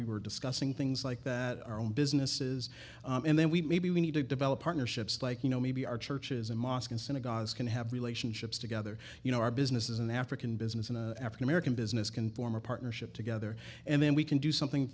we were discussing things like that our own businesses and then we maybe we need to develop partnerships like you know maybe our churches and mosques and synagogues can have relationships together you know our businesses and african business and african american business can form a partnership together and then we can do something